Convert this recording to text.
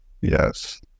Yes